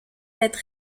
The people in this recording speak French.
être